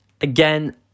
again